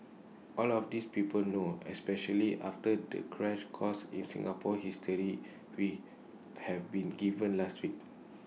all of this people know especially after the crash course in Singapore history we have been given last week